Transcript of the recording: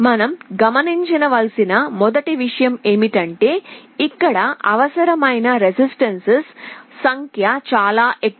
మనం గమనించవలసిన మొదటి విషయం ఏమిటంటే ఇక్కడ అవసరమైన రెసిస్టెన్స్ ల సంఖ్య చాలా ఎక్కువ